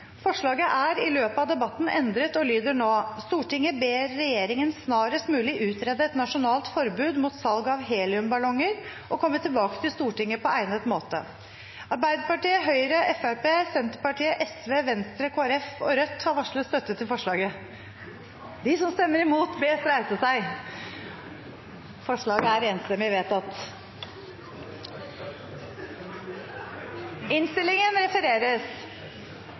forslaget endret, og lyder i endret form: «Stortinget ber regjeringen snarest mulig utrede et nasjonalt forbud mot salg av heliumballonger, og komme tilbake til Stortinget på egnet måte.» Arbeiderpartiet, Høyre, Fremskrittspartiet, Senterpartiet, Sosialistisk Venstreparti, Venstre, Kristelig Folkeparti og Rødt har varslet støtte til forslaget. Det voteres først over I–VI, XII–XVII, XX–XXVII og XXXI–XXXIII. Høyre, Fremskrittspartiet, Venstre og Kristelig Folkeparti har varslet at de vil stemme imot.